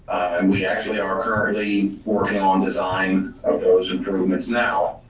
and we actually are currently working on design of those improvements now.